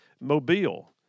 Mobile